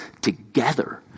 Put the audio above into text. together